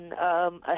ahead